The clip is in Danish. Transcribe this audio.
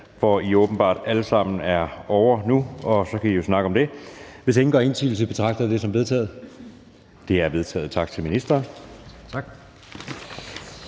skal åbenbart alle sammen i Kulturministeriet nu, og så kan I jo snakke om det. Hvis ingen gør indsigelse, betragter jeg det som vedtaget. Det er vedtaget. --- Det næste punkt